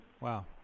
Wow